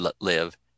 live